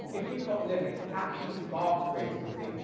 if you've got limits actually sparks creativity.